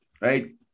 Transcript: right